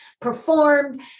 performed